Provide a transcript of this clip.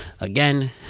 Again